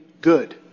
good